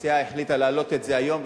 המציעה החליטה להעלות את זה היום,